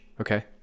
Okay